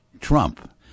trump